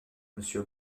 monsieur